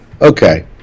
Okay